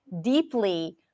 deeply